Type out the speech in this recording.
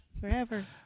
forever